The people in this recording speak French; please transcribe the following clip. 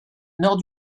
nord